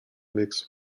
mix